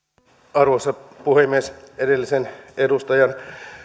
arvoisa puhemies edellisen edustajan